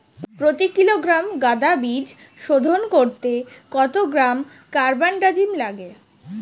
প্রতি কিলোগ্রাম গাঁদা বীজ শোধন করতে কত গ্রাম কারবানডাজিম লাগে?